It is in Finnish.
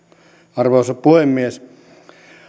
arvoisa puhemies